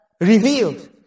revealed